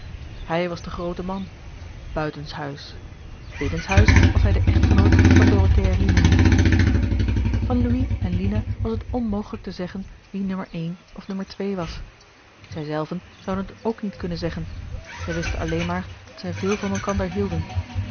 hij was de groote man buiten s huis binnens huis was hij de echtgenoot van dorothea rimini o o van louis en lina was het onmogelijk te zeggen wie n of n was zij zelven zouden het ook niet kunnen zeggen zij wisten alleen maar dat zij veel van elkander hielden